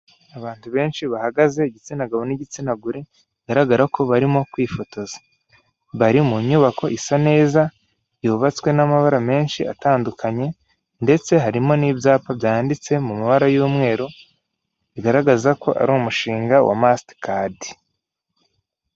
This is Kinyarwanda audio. Abantu benshi bahagaze igitsina gabo n'igitsina gore, bigaragara ko barimo kwifotoza, bari mu nyubako isa neza yubatswe n'amabara menshi atandukanye, ndetse harimo n'ibyapa byanditse mu mabara y'umweru bigaragaza ko ari umushinga wa masitikadi.